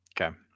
Okay